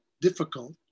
difficult